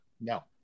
No